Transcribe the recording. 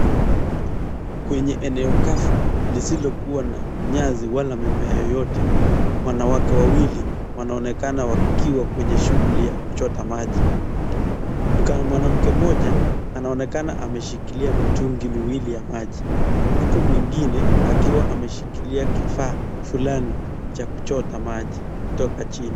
Kwenye eneo kavu lisilokuwa na nyasi wala mimea yoyote, wanawake wawili wanaonekana wakiwa kwenye shughuli ya kuchota maji. Ni kama mwanamke mmoja anaonekana ameshikilia mitungi miwili ya maji, huku mwingine akiwa ameshikilia kifaa fulani cha kichota maji kutoka chini.